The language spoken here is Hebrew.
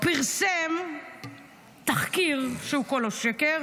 פרסם תחקיר שהוא כולו שקר,